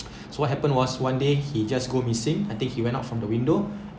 so what happened was one day he just go missing I think he went out from the window